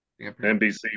NBC